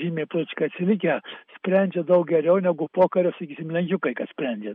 gimė protiškai atsilikę sprendžia daug geriau negu pokario sakysim lenkiukai kad sprendžia